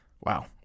Wow